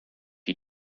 you